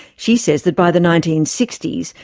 she says that by the nineteen sixty s,